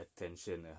attention